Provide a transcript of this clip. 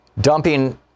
dumping